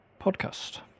Podcast